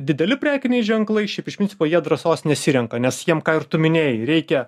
dideli prekiniai ženklai šiaip iš prinicipo jie drąsos nesirenka nes jiem ką ir tu minėjai reikia